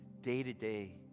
day-to-day